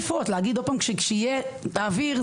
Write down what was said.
להגיד שכשיהיה תעבירו,